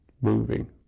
moving